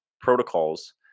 protocols